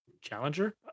challenger